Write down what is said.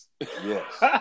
Yes